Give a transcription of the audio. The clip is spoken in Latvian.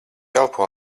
elpo